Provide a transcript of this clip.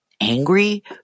angry